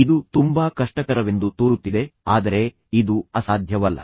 ಇದು ತುಂಬಾ ಕಷ್ಟಕರವೆಂದು ತೋರುತ್ತಿದೆ ಆದರೆ ಇದು ಅಸಾಧ್ಯವಲ್ಲ